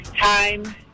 Time